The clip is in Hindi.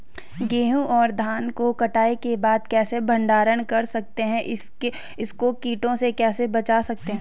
गेहूँ और धान को कटाई के बाद कैसे भंडारण कर सकते हैं इसको कीटों से कैसे बचा सकते हैं?